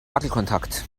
wackelkontakt